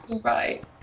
Right